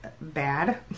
bad